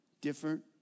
different